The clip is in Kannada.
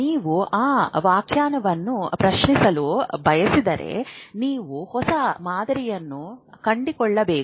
ನೀವು ಆ ವ್ಯಾಖ್ಯಾನವನ್ನು ಪ್ರಶ್ನಿಸಲು ಬಯಸಿದರೆ ನೀವು ಹೊಸ ಮಾದರಿಯನ್ನು ಕಂಡುಹಿಡಿಯಬೇಕು